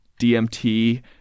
DMT